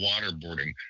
waterboarding